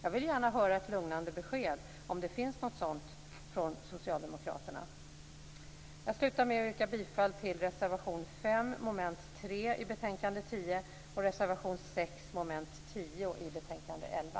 Jag vill gärna höra ett lugnande besked, om det finns något sådant, från socialdemokraterna. Jag slutar med att yrka bifall till reservation 5, under mom. 3, i betänkande 10 och reservation 6, under mom. 10, i betänkande 11.